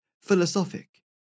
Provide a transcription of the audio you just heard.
philosophic